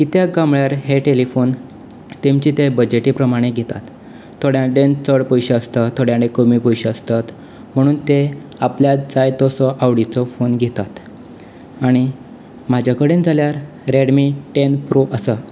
कित्याक काय म्हळ्यार हें टेलिफोन तेंमचे तें बजटी प्रमाणें दितात थोड्याडेन चड पयशें आसतात थोड्या कडेन कमी पयशें आसतात म्हणून ते आपल्याक जाय तसो आवडीचो फोन घेतात आनी म्हजे कडेन जाल्यार रेडमी टेन प्रो आसा